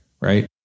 Right